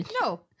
no